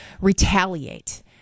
retaliate